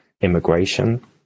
immigration